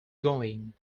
going